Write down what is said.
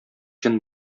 җен